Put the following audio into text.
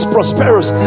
prosperous